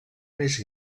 més